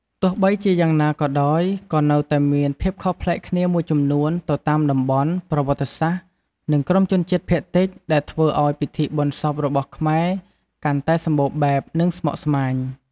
ទោះបីជាយ៉ាងណាក៏ដោយ ក៏នៅតែមានភាពខុសប្លែកគ្នាមួយចំនួនទៅតាមតំបន់ ប្រវត្តិសាស្ត្រ និងក្រុមជនជាតិភាគតិច ដែលធ្វើឱ្យពិធីបុណ្យសពរបស់ខ្មែរកាន់តែសម្បូរបែប និងស្មុគស្មាញ។